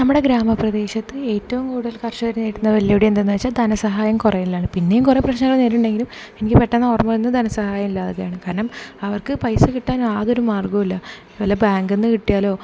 നമ്മുടെ ഗ്രാമ പ്രദേശത്ത് ഏറ്റവും കൂടുതൽ കർഷകർ നേരിടുന്ന വെല്ലുവിളി എന്താണെന്ന് വച്ചാൽ ധനസഹായം കുറയലാണ് പിന്നേയും കുറേ പ്രശ്നങ്ങൾ നേരിടുമെങ്കിലും എനിക്ക് പെട്ടെന്ന് ഓർമ്മ വരുന്നത് ധനസഹായം ഇല്ലാതെയാണ് കാരണം അവർക്ക് പൈസ കിട്ടാൻ യാതൊരു മാർഗ്ഗമോ ഇല്ല വല്ല ബാങ്കിൽ നിന്ന് കിട്ടിയാലോ